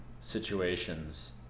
situations